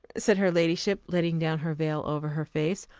said her ladyship, letting down her veil over her face,